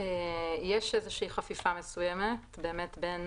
יש חפיפה מסוימת בין